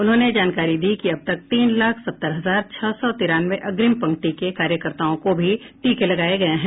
उन्होंने जानकारी दी कि अब तक तीन लाख सत्तर हजार छह सौ तिरानवे अग्निम पंक्ति के कार्यकर्ताओं को भी टीके लगाए गए हैं